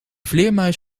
vleermuis